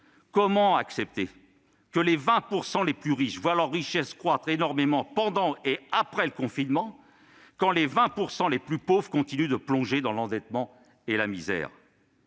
Comment accepter que les 20 % les plus riches voient leurs richesses croître énormément pendant et après le confinement, quand les 20 % les plus pauvres continuent de plonger dans l'endettement et la misère ?